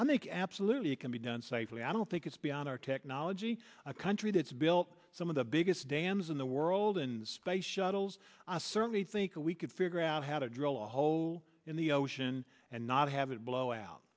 think absolutely it can be done safely i don't think it's beyond our technology a country that's built some of the biggest dams in the world and the space shuttles certainly think we could figure out how to drill a hole in the ocean and not have it blow out